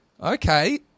Okay